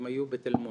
הם היו בתלמונד.